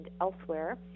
elsewhere